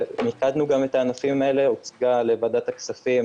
מיקדנו את הנושאים האלה, הוצגו לוועדת הכספים